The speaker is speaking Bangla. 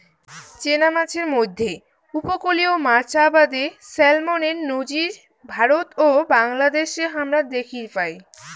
চেনা মাছের মইধ্যে উপকূলীয় মাছ আবাদে স্যালমনের নজির ভারত ও বাংলাদ্যাশে হামরা দ্যাখির পাই